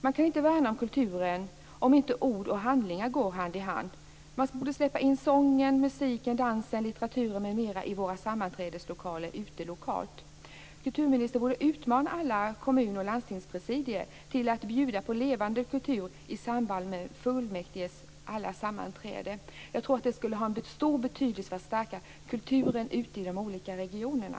Man kan inte värna om kulturen om inte ord och handling går hand i hand. Man borde släppa in sången, musiken, dansen, litteraturen m.m. i våra sammanträdeslokaler ute på det lokala planet. Kulturministern borde utmana alla kommun och landstingspresidier att bjuda på levande kultur i samband med fullmäktiges alla sammanträden. Jag tror att det skulle ha en stor betydelse för att stärka kulturen ute i de olika regionerna.